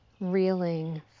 reeling